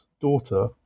daughter